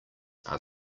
are